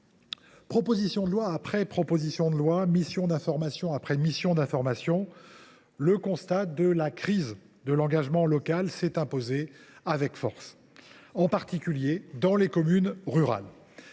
Proposition de loi après proposition de loi, mission d’information après mission d’information, le constat de la crise de l’engagement local s’est imposé avec force, en particulier dans les communes rurales.